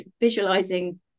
visualizing